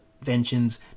inventions